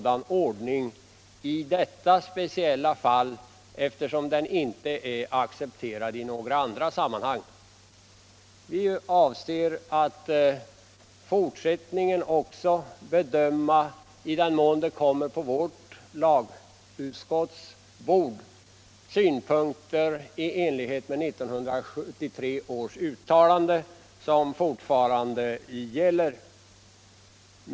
Den är ju inte accepterad i några andra sammanhang. Vi avser att också i fortsättningen — i den mån sådana tfrågor kommer på lagutskottets bord — göra en bedömning i enlighet med 1973 års uttalande, som fortfarande gäller.